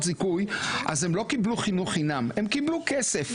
זיכוי אז הם לא קיבלו חינוך חינם הם קיבלו כסף,